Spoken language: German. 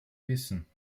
wissen